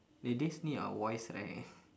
they just need our voice right